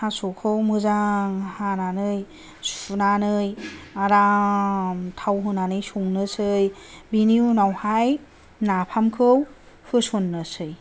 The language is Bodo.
थास'खौ मोजां हानानै सुनानै आराम थाव होनानै संनोसै बिनि उनावहाय नाफामखौ होसननोसै